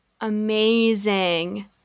Amazing